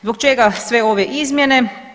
Zbog čega sve ove izmjene?